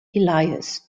elias